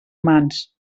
mans